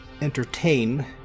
entertain